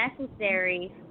necessary